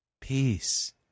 Peace